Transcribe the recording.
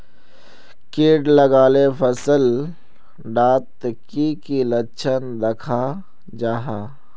किट लगाले फसल डात की की लक्षण दखा जहा?